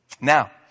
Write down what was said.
Now